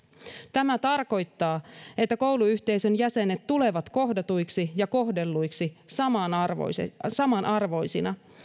tämä tarkoittaa että kouluyhteisön jäsenet tulevat kohdatuiksi ja kohdelluiksi samanarvoisina samanarvoisina